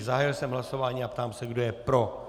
Zahájil jsem hlasování a ptám se, kdo je pro.